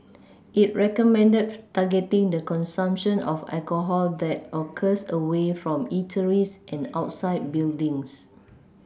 it recommended targeting the consumption of alcohol that occurs away from eateries and outside buildings